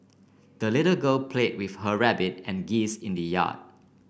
the little girl play with her rabbit and geese in the yard